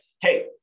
hey